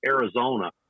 Arizona